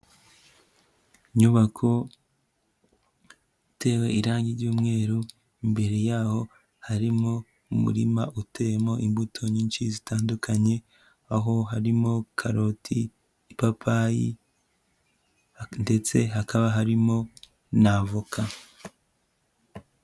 Inyubako itewe irangi ry'umweru, imbere yaho harimo umurima uteyemo imbuto nyinshi zitandukanye, aho harimo karoti, ipapayi ndetse hakaba harimo n'avoka.